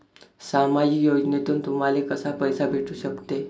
सामाजिक योजनेतून तुम्हाले कसा पैसा भेटू सकते?